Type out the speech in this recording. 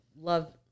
love